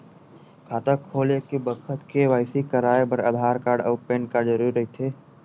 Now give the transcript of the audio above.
खाता खोले के बखत के.वाइ.सी कराये बर आधार कार्ड अउ पैन कार्ड जरुरी रहिथे